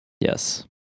Yes